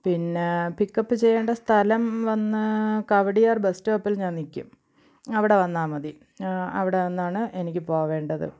പിന്നെ പിക്കപ്പ് ചെയ്യേണ്ട സ്ഥലം വന്ന് കവടിയാർ ബസ് സ്റ്റോപ്പിൽ ഞാൻ നിൽക്കും അവിടെ വന്നാൽ മതി അവിടെ നിന്നാണ് എനിക്ക് പോകേണ്ടത്